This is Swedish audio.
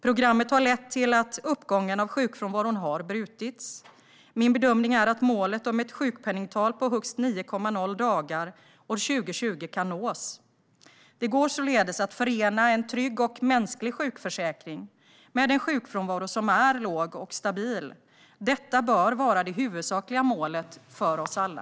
Programmet har lett till att uppgången av sjukfrånvaron har brutits. Min bedömning är att målet om ett sjukpenningtal på högst 9,0 dagar år 2020 kan nås. Det går således att förena en trygg och mänsklig sjukförsäkring med en sjukfrånvaro som är låg och stabil. Detta bör vara det huvudsakliga målet för oss alla.